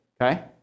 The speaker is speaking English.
Okay